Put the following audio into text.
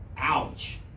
ouch